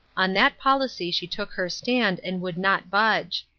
on that policy she took her stand, and would not budge.